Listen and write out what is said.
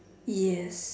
yes